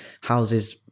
houses